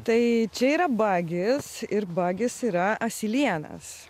tai čia yra bagis ir bagis yra asilėnas